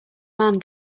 man